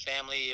family